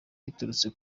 biturutse